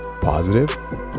positive